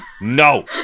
No